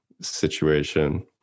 situation